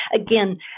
again